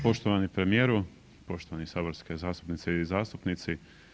Poštovani premijeru, poštovane saborske zastupnice i zastupnici.